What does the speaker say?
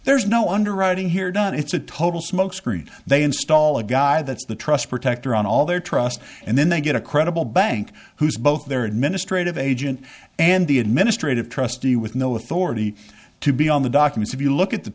there's no underwriting here don it's a total smokescreen they install a guy that's the trust protector on all their trust and then they get a credible bank who is both their administrative agent and the administrative trustee with no authority to be on the documents if you look at the